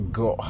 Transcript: go